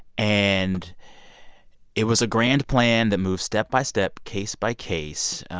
and it was a grand plan that moved step by step, case by case.